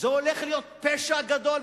זה הולך להיות פשע גדול.